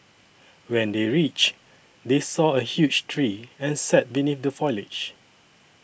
when they reached they saw a huge tree and sat beneath the foliage